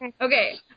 Okay